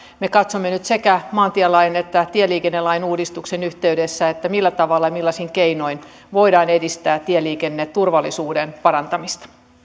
me katsomme nyt sekä maantielain että tieliikennelain uudistuksen yhteydessä millä tavalla millaisin keinoin voidaan edistää tieliikenneturvallisuuden parantamista